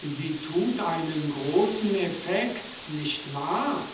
sie tut einen großen effect nicht wahr